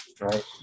right